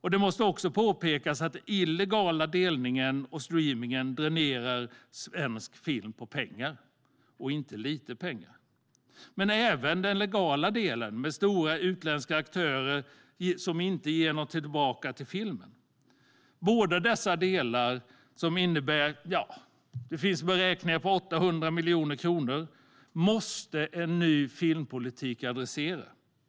Det måste också påpekas att den illegala delningen och streamningen dränerar svensk film på pengar, och inte lite pengar. Men inte heller den legala delen, med stora utländska aktörer, ger något tillbaka till filmen. Det finns beräkningar som visar att det rör sig om 800 miljoner kronor, och en ny filmpolitik måste adressera båda dessa delar.